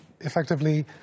effectively